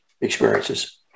experiences